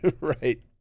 Right